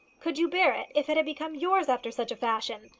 could you bear it, if it had become yours after such a fashion?